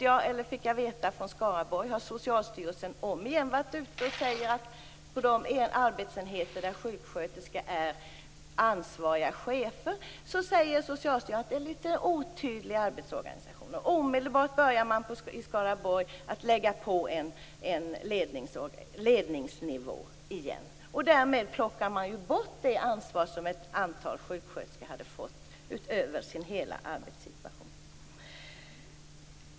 Jag har dock nyligen fått veta att Socialstyrelsen återigen har varit ute i Skaraborg och sagt att det på de arbetsenheter där sjuksköterskor är ansvariga chefer finns en litet otydlig arbetsorganisation. Omedelbart börjar man i Skaraborg återigen lägga på en ledningsnivå. Därmed plockar man bort det ansvar som ett antal sjuksköterskor hade fått över hela sin arbetssituation.